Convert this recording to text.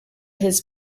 his